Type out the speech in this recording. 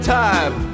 time